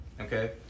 Okay